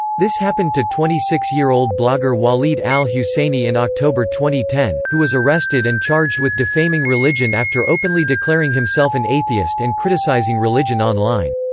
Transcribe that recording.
this happened to twenty six year old blogger waleed al-husseini in october ten, who was arrested and charged with defaming religion after openly declaring himself an atheist and criticising religion online.